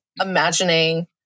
imagining